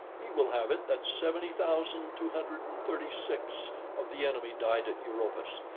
he will have it that seventy thousand two hundred and thirty-six of the enemy died at europus,